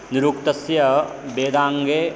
निरुक्तस्य वेदाङ्गे